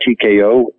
TKO